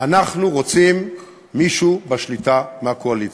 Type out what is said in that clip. אנחנו רוצים מישהו בשליטה, מהקואליציה.